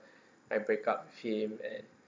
I break up with him and